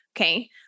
Okay